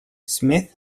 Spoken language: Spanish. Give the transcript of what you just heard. smith